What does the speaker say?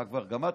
אה, כבר גמרתי?